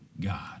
God